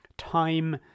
time